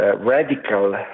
radical